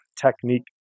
technique